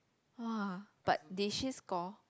!wah! but did she score